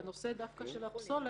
בנושא של הפסולת